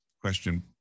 question